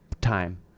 time